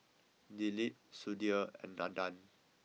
Dilip Sudhir and Nandan